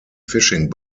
fishing